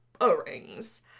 O-rings